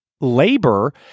labor